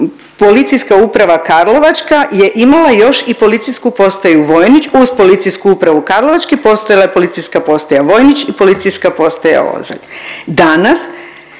Policijska uprava karlovačka je imala još i Policijsku postaju Vojnić, uz Policijsku upravu karlovačku postojala je Policijska postaja Vojnić i Policijska postaja Ozalj. Danas,